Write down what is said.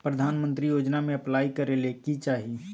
प्रधानमंत्री योजना में अप्लाई करें ले की चाही?